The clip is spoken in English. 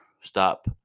Stop